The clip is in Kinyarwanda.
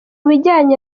bijyanye